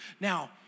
Now